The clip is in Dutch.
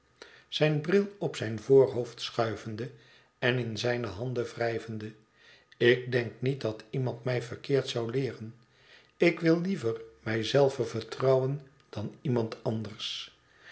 zijn bril op zijn voorhoofd schuivende en in zijne handen wrijvende ik denk niet dat iemand mij verkeerd zou leeren ik wil liever mij zelven vertrouwen dan iemand anders